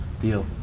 deal.